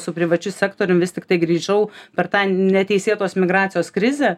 su privačiu sektorium vis tiktai grįžau per tą neteisėtos migracijos krizę